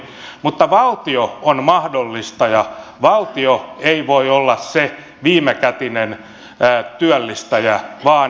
mutta valtio on mahdollistaja valtio ei voi olla se viimekätinen työllistäjä vaan mahdollistaja